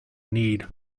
need